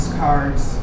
cards